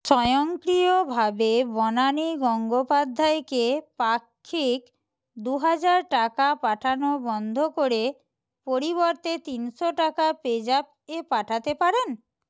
স্বয়ংক্রিয়ভাবে বনানি গঙ্গোপাধ্যায়কে পাক্ষিক দু হাজার টাকা পাঠানো বন্ধ করে পরিবর্তে তিনশো টাকা পেজ্যাপ এ পাঠাতে পারেন